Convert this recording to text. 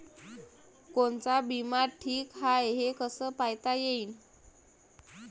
कोनचा बिमा ठीक हाय, हे कस पायता येईन?